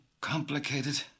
complicated